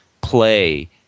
play